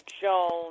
Jones